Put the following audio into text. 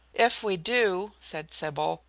if we do, said sybil,